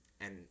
and-